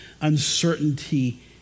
uncertainty